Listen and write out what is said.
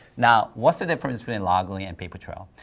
now, what's the difference between loggly and papertrail?